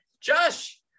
Josh